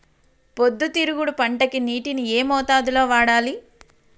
పొద్దుతిరుగుడు పంటకి నీటిని ఏ మోతాదు లో వాడాలి?